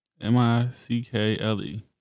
M-I-C-K-L-E